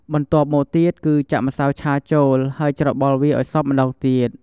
បន្ទាប់មកទៀតគឺចាក់ម្សៅឆាចូល ហើយច្របល់វាឱ្យសព្វម្ដងទៀត។